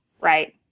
Right